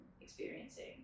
experiencing